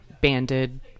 banded